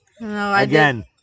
again